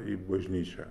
į bažnyčią